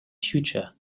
future